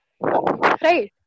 Right